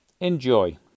Enjoy